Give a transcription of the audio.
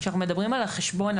כשאנחנו מדברים על החשבון,